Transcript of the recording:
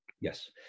Yes